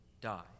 die